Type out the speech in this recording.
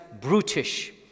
brutish